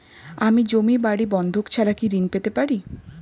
আমি জমি বাড়ি বন্ধক ছাড়া কি ঋণ পেতে পারি?